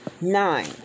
Nine